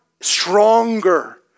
stronger